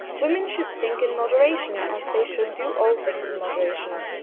women should think in moderation, as they should do all things in moderation.